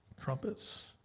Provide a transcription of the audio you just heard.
trumpets